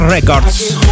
Records